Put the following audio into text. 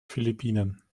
philippinen